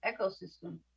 ecosystem